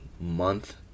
month